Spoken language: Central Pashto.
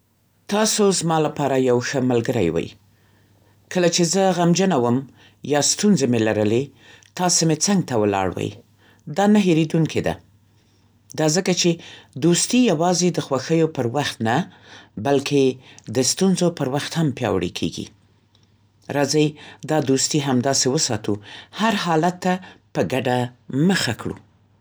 تاسو زما لپاره یو ښه ملګری وئ. کله چې زه غمجنه وم یا ستونزې مې لرلې، تاسو مې څنګ ته ولاړ وئ. دا نه هېریدونکې ده. دا ځکه چې دوستي یوازې د خوښیو پر وخت نه، بلکې د ستونزو پر وخت هم پیاوړې کېږي. راځئ، دا دوستي همداسې وساتو، هر حالت ته په ګډه مخه کړو!